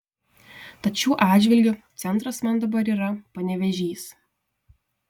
tad šiuo atžvilgiu centras man dabar yra panevėžys